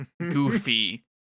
goofy